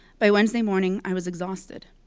by wednesday morning i was exhausted.